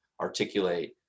articulate